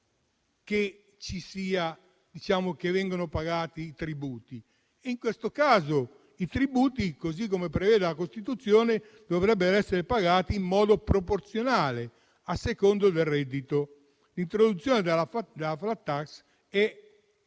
necessario che vengano pagati i tributi. In questo caso, i tributi, così come prevede la Costituzione, dovrebbe essere pagati in modo proporzionale a seconda del reddito. L'introduzione della *flat tax* è